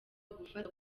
gufata